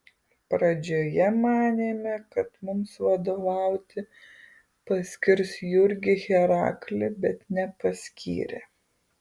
pradžioje manėme kad mums vadovauti paskirs jurgį heraklį bet nepaskyrė